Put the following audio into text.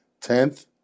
Tenth